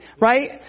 Right